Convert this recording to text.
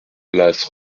place